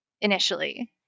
initially